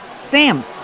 Sam